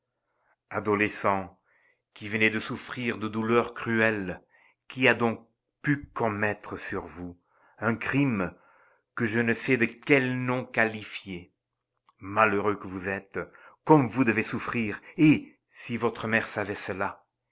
adolescent qui venez de souffrir des douleurs cruelles qui donc a pu commettre sur vous un crime que je ne sais de quel nom qualifier malheureux que vous êtes comme vous devez souffrir et si votre mère savait cela